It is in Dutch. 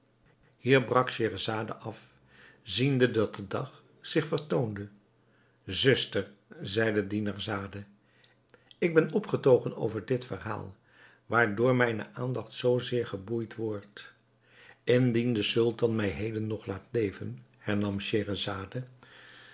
hier brak scheherazade af ziende dat de dag zich vertoonde zuster zeide dinarzade ik ben opgetogen over dit verhaal waardoor mijne aandacht zoo zeer geboeid wordt indien de sultan mij heden nog laat leven hernam scheherazade